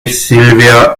silvia